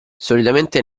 solitamente